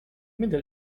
middle